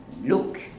look